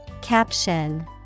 Caption